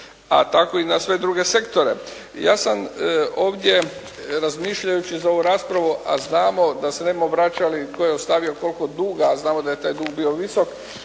a tako i na sve druge sektore. Ja sam ovdje razmišljajući za ovu raspravu, a znamo da se ne budemo vraćali tko je ostavio koliko duga, a znamo da je taj dug bio visok,